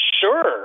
sure